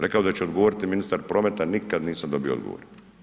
Rekao je da će odgovoriti ministar prometa, nikad nisam dobio odgovor.